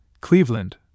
Cleveland